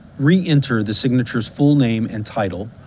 re-enter the signer's full name and title,